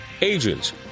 agents